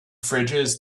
fridges